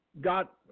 got